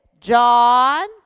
John